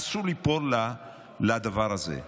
אסור ליפול לדבר הזה.